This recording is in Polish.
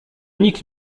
nikt